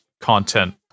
content